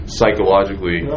psychologically